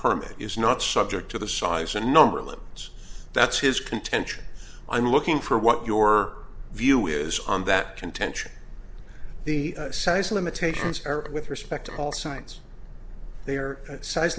permit is not subject to the size and number of limbs that's his contention i'm looking for what your view is on that contention the size limitations with respect